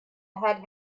had